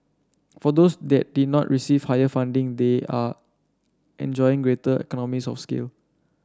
for those that did not receive higher funding they are enjoying greater economies of scale